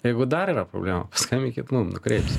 jeigu dar yra problemų skambinkit mum nukreipsim